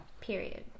period